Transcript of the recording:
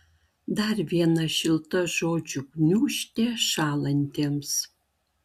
dar viena šilta žodžių gniūžtė šąlantiems